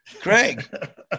Craig